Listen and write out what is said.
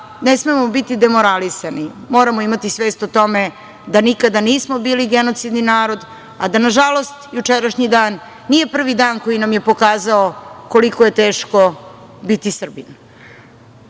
ne smemo biti demoralisani. Moramo imati svest o tome da nikada nismo bili genocidni narod, a da nažalost jučerašnji dan nije prvi dan koji nam je pokazao koliko je teško biti Srbin. Želim